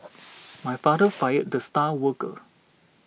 my father fired the star worker